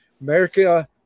America